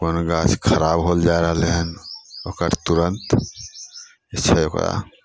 कोन गाछ खराब होयल जाइ रहलै हन ओकर तुरन्त जे छै ओकरा